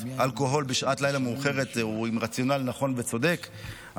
אלכוהול בשעת לילה מאוחרת הוא רציונל נכון וצודק,